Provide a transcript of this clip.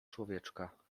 człowieczka